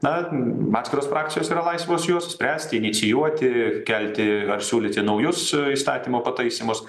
na atskiros frakcijos yra laisvos juos spręsti inicijuoti kelti ar siūlyti naujus įstatymo pataisymus